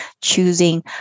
choosing